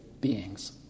beings